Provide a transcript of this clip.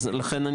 לכן,